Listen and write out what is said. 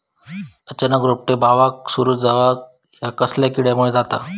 अचानक रोपटे बावाक सुरू जवाप हया कसल्या किडीमुळे जाता?